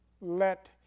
let